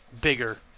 bigger